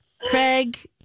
Craig